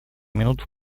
минуту